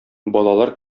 балалар